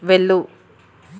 వెళ్ళు